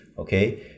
Okay